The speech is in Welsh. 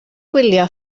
gwylio